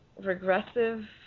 regressive